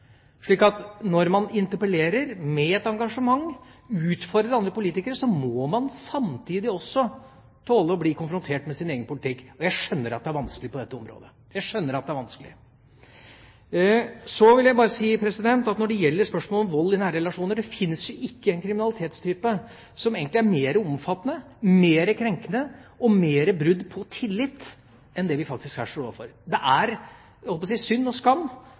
Når man interpellerer med et engasjement, utfordrer andre politikere, må man samtidig tåle å bli konfrontert med sin egen politikk. Jeg skjønner at det er vanskelig på dette området – jeg skjønner at det er vanskelig. Så vil jeg bare si at det fins ikke en kriminalitetstype som egentlig er mer omfattende, mer krenkende, og som bryter tilliten mer enn vold i nære relasjoner. Det er synd og skam når vi legger fram våre straffesakstall at den eneste debatten vi ofte får, er